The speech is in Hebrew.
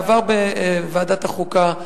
עבר בוועדת החוקה,